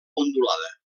ondulada